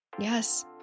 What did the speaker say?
yes